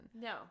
No